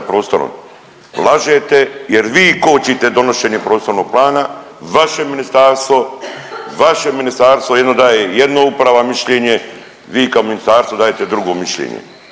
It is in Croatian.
prostorom, lažete jer vi kočite donošenje prostornog plana, vaše ministarstvo, vaše ministarstvo jedno daje, jedno uprava mišljenje, vi kao ministarstvo dajete drugo mišljenje.